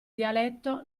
dialetto